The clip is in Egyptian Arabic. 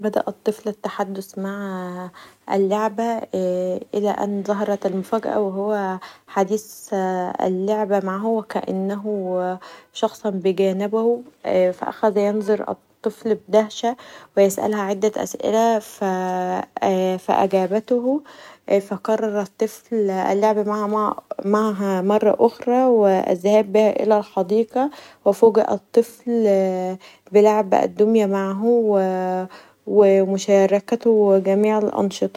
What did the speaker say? بدأ الطفل التحدث مع اللعبه الي ان ظهرت المفاجاءه و هو حديث اللعبه معه و كأنه شخصا بجانبه فأخذ ينظر الطفل بدهشه و يسألها عده اسئله فأجابته فقرر الطفل اللعب معاها مره اخري و الذهاب بها الي الحديقه و فوجئ الطفل بلعب الدوميا معه و مشاركته جميع الانشطه.